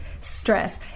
stress